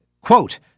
Quote